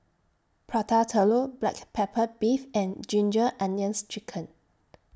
Prata Telur Black Pepper Beef and Ginger Onions Chicken